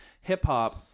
hip-hop